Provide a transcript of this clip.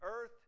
earth